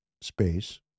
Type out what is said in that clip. space